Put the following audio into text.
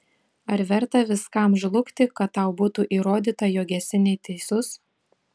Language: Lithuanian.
ar verta viskam žlugti kad tau būtų įrodyta jog esi neteisus